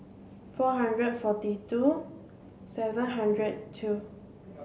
four hundred forty two seven hundred two